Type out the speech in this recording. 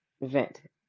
event